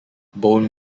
bone